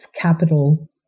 capital